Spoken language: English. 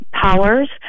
POWERS